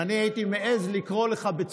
אם אני הייתי מעז לקרוא לך,